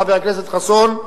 חבר הכנסת חסון,